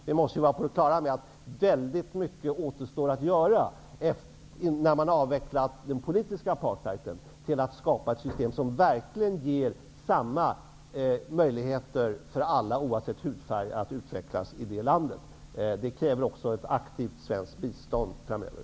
Vi måste vara på det klara med att mycket återstår att göra när den politiska apartheiden har avvecklats för att skapa ett system som verkligen ger samma möjligheter för alla, oavsett hudfärg, att utvecklas i det landet. Det kräver ett aktivt svenskt bistånd framöver.